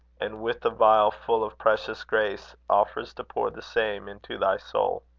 and with a vial full of precious grace, offers to pour the same into thy soul.